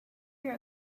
your